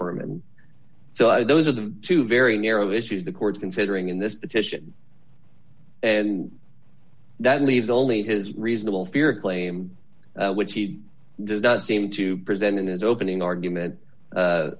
your firm and so i those are the two very narrow issues the courts considering in this petition and that leaves only his reasonable fear claim which he does not seem to present in his opening argument